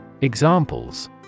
Examples